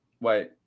Wait